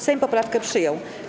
Sejm poprawkę przyjął.